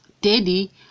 Daddy